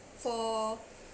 for